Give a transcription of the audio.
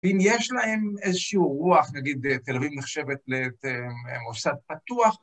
אם יש להם איזשהו רוח, נגיד תל אביב נחשבת למוסד פתוח.